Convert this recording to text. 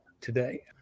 today